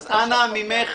אז אנא ממך,